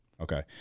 Okay